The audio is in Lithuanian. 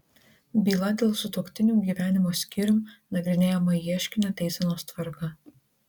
byla dėl sutuoktinių gyvenimo skyrium nagrinėjama ieškinio teisenos tvarka